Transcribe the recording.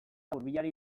hurbilari